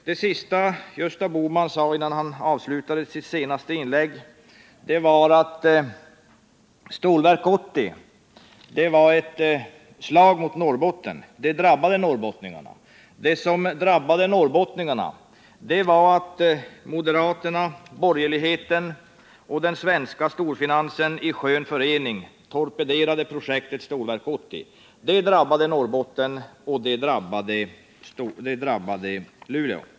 Det sista Gösta Bohman sade innan han avslutade sitt senaste inlägg var att Stålverk 80 var ett slag mot Norrbotten. Det drabbade norrbottningarna. Men det som drabbade norrbottningarna var att moderaterna, den övriga borgerligheten och den svenska storfinansen i skön förening torpederade projektet Stålverk 80. Det drabbade Norrbotten och Luleå.